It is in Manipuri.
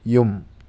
ꯌꯨꯝ